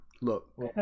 Look